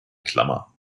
klammer